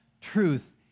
truth